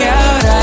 out